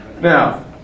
Now